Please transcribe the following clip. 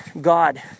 God